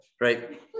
right